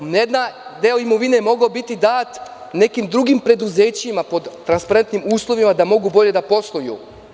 Jedan deo imovine mogao je biti dat nekim drugim preduzećima pod transparentnim uslovima da mogu bolje da posluju.